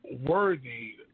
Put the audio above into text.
worthy